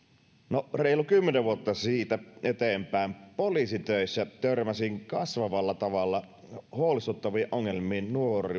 no reilu kymmenen vuotta siitä eteenpäin poliisitöissä törmäsin kasvavalla tavalla huolestuttaviin ongelmiin